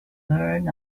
learn